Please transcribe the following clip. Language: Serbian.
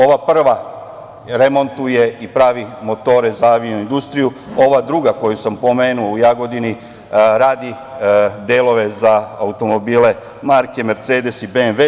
Ova prva remontuje i pravi motore za avio-industriju, ova druga koju sam pomenuo u Jagodini radi delove za automobile marke „mercedes“ i „BMV“